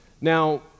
Now